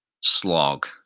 slog